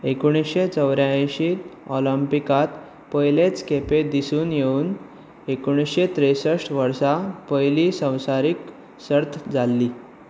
एकुणिशें चौऱ्यांयशीं ऑलंपिकांत पयलेंच खेपे दिसून येवन एकुणिशें त्रेसश्ट वर्सा पयली संवसारीक सर्त जाल्ली